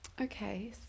okay